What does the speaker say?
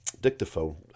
dictaphone